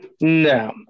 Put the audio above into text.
No